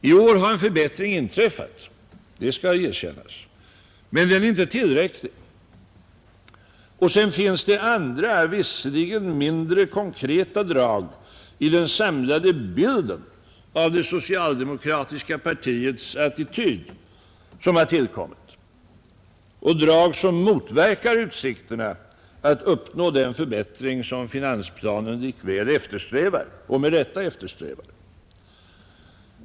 I år har en förbättring inträffat — det skall erkännas — men den är inte tillräcklig. Och sedan finns det andra — visserligen mindre konkreta — drag i den samlade bilden av det socialdemokratiska partiets attityd som har tillkommit, drag som motverkar utsikterna att uppnå den förbättring som finansplanen likväl eftersträvar och med rätta eftersträvar.